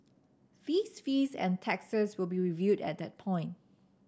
fees fees and taxes will be reviewed at that point